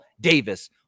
Davis